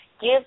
give